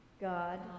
God